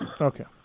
Okay